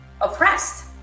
oppressed